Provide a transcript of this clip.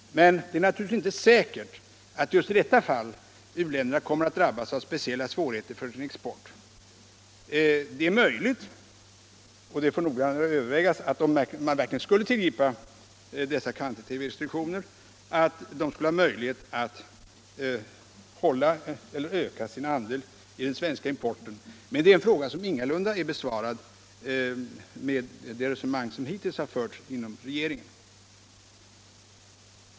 Men det är naturligtvis inte säkert att just i detta fall u-länderna kommer att drabbas av speciella svårigheter för sin export. Det är möjligt — och det får noga övervägas — att om man verkligen skulle tillgripa dessa kvantitativa restriktioner u-länderna kommer att ha möjlighet att hålla eller öka sin andel i den svenska importen. Men det är en fråga som ingalunda är besvarad genom det resonemang som hittills har förts av regeringen.